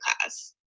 class